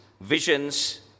visions